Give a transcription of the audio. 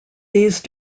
these